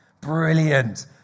Brilliant